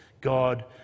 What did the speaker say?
God